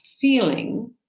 feeling